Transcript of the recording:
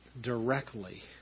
directly